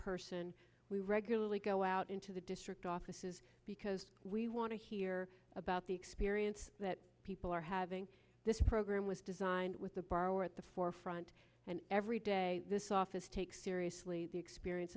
person we regularly go out into the district offices because we want to hear about the experience that people are having this program was designed with the borrower at the forefront and every day this office take seriously the experience